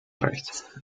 recht